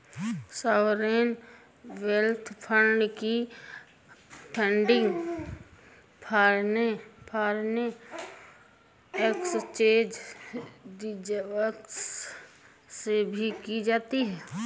sovereign wealth fund की funding foreign exchange reserves से भी की जाती है